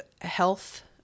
health